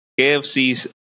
KFC